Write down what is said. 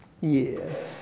Yes